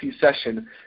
session